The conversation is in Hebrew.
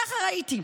ככה ראיתי.